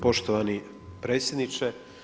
Poštovani predsjedniče.